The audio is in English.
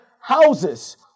houses